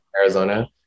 Arizona